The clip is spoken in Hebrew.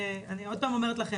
הטרדה מילולית מטופלת.